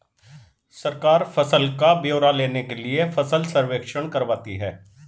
सरकार फसल का ब्यौरा लेने के लिए फसल सर्वेक्षण करवाती है